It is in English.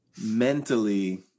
mentally